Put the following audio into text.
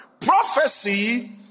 prophecy